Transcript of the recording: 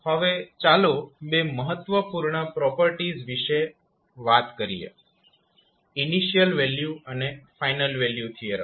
હવે ચાલો બે મહત્વપૂર્ણ પ્રોપર્ટીઝ વિશે વાત કરીએ ઇનિશિયલ વેલ્યુ અને ફાઇનલ વેલ્યુ થીયરમ્સ